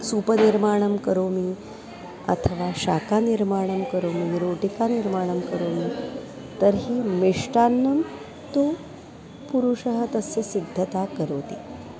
सूपनिर्माणं करोमि अथवा शाकनिर्माणं करोमि रोटिकानिर्माणं करोमि तर्हि मिष्टान्नं तु पुरुषः तस्य सिद्धतां करोति